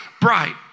bright